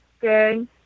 Good